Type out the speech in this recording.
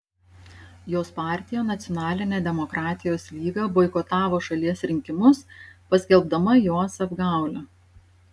jos partija nacionalinė demokratijos lyga boikotavo šalies rinkimus paskelbdama juos apgaule